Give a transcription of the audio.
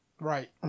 Right